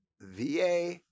VA